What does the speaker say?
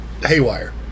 Haywire